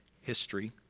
history